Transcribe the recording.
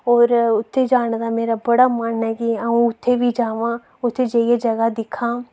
और उत्थै जाने दा मेरा बड़ा मन ऐ कि अ'ऊं उत्थै बी जामां उत्थै जाइयै जगह् दिक्खां